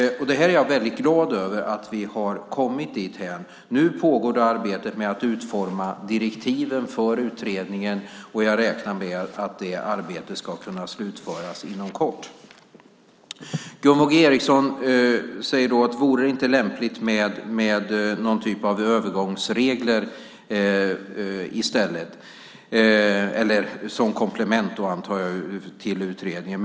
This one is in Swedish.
Jag är väldigt glad över att vi har kommit dithän. Nu pågår det arbete med att utforma direktiven för utredningen. Jag räknar med att det arbetet ska kunna slutföras inom kort. Gunvor G Ericson säger: Vore det inte lämpligt med någon typ av övergångsregler? Jag antar att det ska vara som komplement till utredningen.